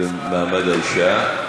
דב מציע, מעמד האישה.